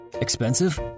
Expensive